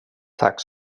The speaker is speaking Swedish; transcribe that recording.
tack